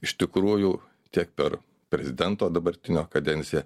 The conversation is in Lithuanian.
iš tikrųjų tiek per prezidento dabartinio kadenciją